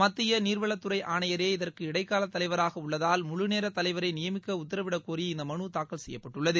மத்திய நீர்வளத்துறை ஆணையரே இதற்கு இடைக்கால தலைவராக உள்ளதால் முழுநேர தலைவரை நியமிக்க உத்தரவிடக்கோரி இந்த மனு தாக்கல் செய்யப்பட்டுள்ளது